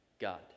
God